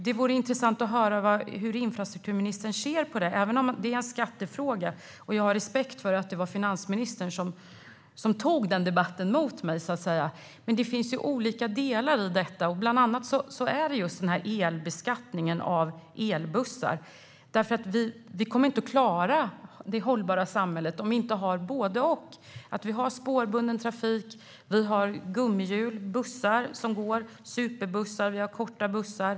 Det vore intressant att höra hur infrastrukturministern ser på detta, även om det är en skattefråga. Jag har respekt för att det var finansministern som tog debatten mot mig, men det finns olika delar i detta. Bland annat gäller det just elbeskattningen av elbussar. Vi kommer inte att klara det hållbara samhället om vi inte har både och - både spårbunden trafik och trafik med gummihjul. Vi behöver bussar som går, både superbussar och korta bussar.